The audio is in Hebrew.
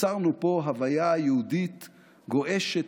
יצרנו פה הוויה יהודית גועשת,